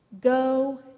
Go